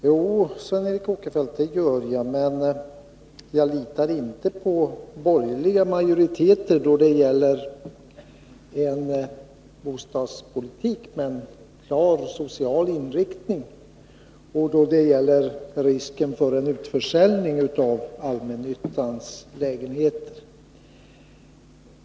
Jo, det gör jag, men jag litar inte på borgerliga majoriteter då det gäller att föra en bostadspolitik med en klart social inriktning och då det gäller att möta risken för en utförsäljning av allmännyttans lägenheter.